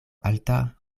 alta